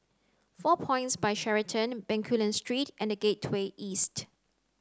four points By Sheraton Bencoolen Street and Gateway East